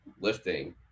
lifting